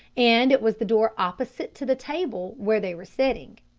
and it was the door opposite to the table where they were sitting.